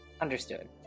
Understood